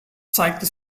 zeigte